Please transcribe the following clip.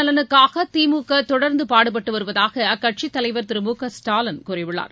நலனுக்காக திமுக தொடர்ந்து பாடுபட்டு வருவதாக மக்கள் அக்கட்சியின் தலைவர் திரு மு க ஸ்டாலின் கூறியுள்ளார்